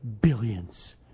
billions